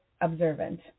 observant